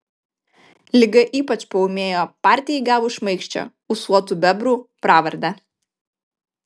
liga ypač paūmėjo partijai gavus šmaikščią ūsuotų bebrų pravardę